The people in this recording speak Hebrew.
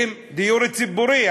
דיור ציבורי,